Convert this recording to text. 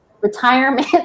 retirement